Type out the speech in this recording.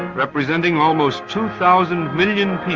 representing almost two thousand million